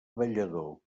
ballador